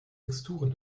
texturen